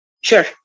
Sure